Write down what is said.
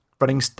running